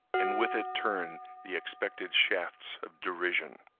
and with it turn the expected shafts of derision.